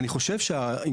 כן.